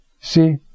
see